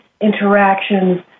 interactions